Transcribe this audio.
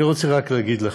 אני רוצה רק להגיד לכם,